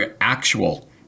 actual